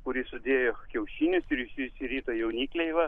kuris sudėjo kiaušinius ir išsirito jaunikliai va